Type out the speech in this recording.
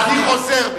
בסדר, אני חוזר בי.